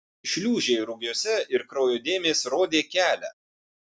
šliūžė rugiuose ir kraujo dėmės rodė kelią